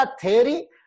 theory